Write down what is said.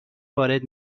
وارد